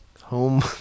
Home